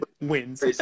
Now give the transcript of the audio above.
wins